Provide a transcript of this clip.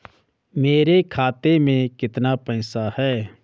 मेरे खाते में कितना पैसा है?